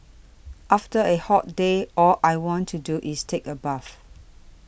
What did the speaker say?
after a hot day all I want to do is take a bath